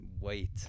wait